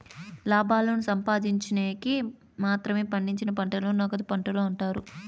లాభాలను సంపాదిన్చేకి మాత్రమే పండించిన పంటలను నగదు పంటలు అంటారు